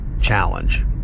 challenge